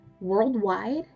Worldwide